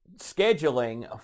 scheduling